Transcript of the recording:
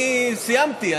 סיימתי.